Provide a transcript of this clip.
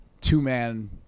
two-man